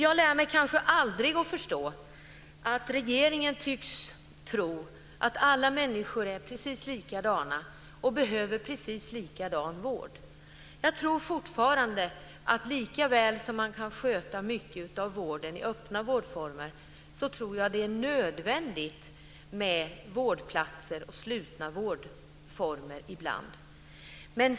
Jag lär mig kanske aldrig att förstå att regeringen tycks tro att alla människor är precis likadana och behöver precis likadan vård. Jag tror fortfarande att likaväl som man kan sköta mycket av vården i öppna vårdformer så är det nödvändigt med vårdplatser och slutna vårdformer ibland.